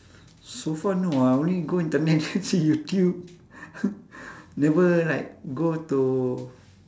so far no ah I only go internet and see youtube never like go to